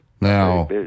Now